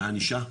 הענישה,